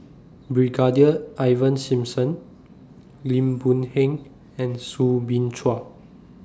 Brigadier Ivan Simson Lim Boon Heng and Soo Bin Chua